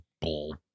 bull